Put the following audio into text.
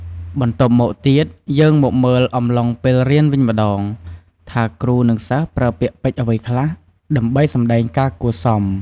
បន្ទាប់មកទៀត យើងមកមើលអំឡុងពេលរៀនវិញម្ដង ថាគ្រូ និងសិស្សប្រើពាក្យពេចន៍អ្វីខ្លះ ដើម្បីសម្ដែងការគួរសម។